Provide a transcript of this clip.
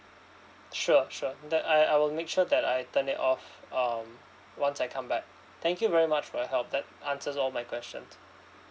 sure sure that I I will make sure that I turn it off um once I come back thank you very much for your help that answers all my questions